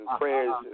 prayers